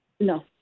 No